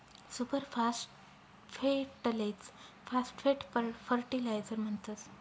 super फास्फेटलेच phosphate fertilizer म्हणतस